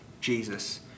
Jesus